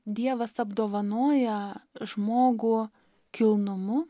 dievas apdovanoja žmogų kilnumu